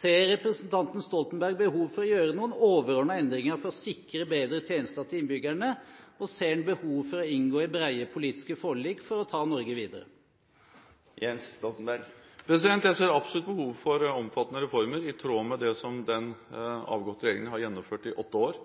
Ser representanten Stoltenberg behov for å gjøre noen overordnede endringer for å sikre bedre tjenester til innbyggerne, og ser han behov for å inngå i brede politiske forlik for å ta Norge videre? Jeg ser absolutt behov for omfattende reformer, i tråd med det som den avgåtte regjeringen har gjennomført i åtte år.